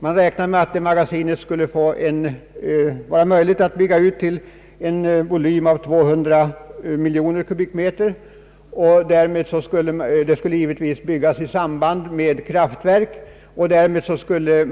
Man «räknar med att det skulle vara möjligt att bygga ut vattenmagasinet till en volym av 200 miljoner kubikmeter. Det skulle givetvis byggas i samband med ett kraftverk.